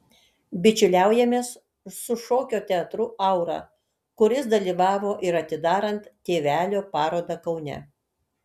bičiuliaujamės su šokio teatru aura kuris dalyvavo ir atidarant tėvelio parodą kaune